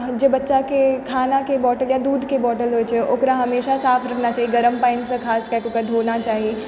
जे बच्चाके खानाके बॉटल या दूध के बॉटल होइ छै तऽ ओकरा हमेशा साफ रखना चाही गरम पानिसँ खास कए कऽ ओकरा धोना चाही